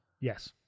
Yes